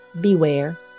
beware